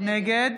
נגד